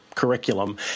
curriculum